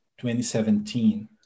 2017